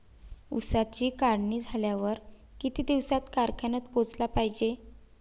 ऊसाची काढणी झाल्यावर किती दिवसात कारखान्यात पोहोचला पायजे?